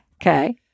Okay